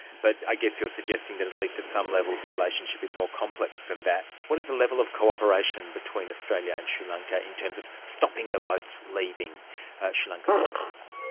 but i guess you are suggesting that at least at some levels the relationship is more complex than that. what is the level of cooperation between australia and sri lanka in terms of stopping the boats leaving sri lankan waters?